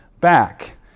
back